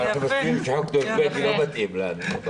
אבל אנחנו מסכימים שהחוק הנורבגי לא מתאים לנו.